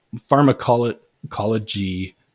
pharmacology